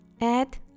Add